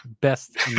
Best